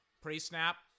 pre-snap